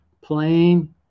plain